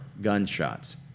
gunshots